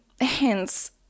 hence